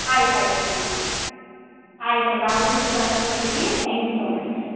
ಆಯ್ತು ಆಯಿತು ಮೇಡಮ್ ಆಯ್ತು ನಾವು ನಿಮ್ಗೆ ಕಳಿಸ್ಕೊಡ್ತೀವಿ thank you so much madam